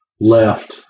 left